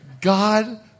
God